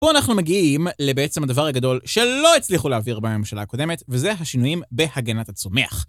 פה אנחנו מגיעים, לדבר הגדול שלא הצליחו להעביר בממשלה הקודמת, וזה השינויים בהגנת הצומח.